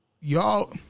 y'all